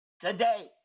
today